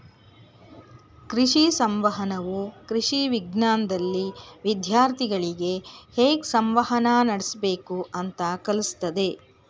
ಕೃಷಿ ಸಂವಹನವು ಕೃಷಿ ವಿಜ್ಞಾನ್ದಲ್ಲಿ ವಿದ್ಯಾರ್ಥಿಗಳಿಗೆ ಹೇಗ್ ಸಂವಹನ ನಡಸ್ಬೇಕು ಅಂತ ಕಲ್ಸತದೆ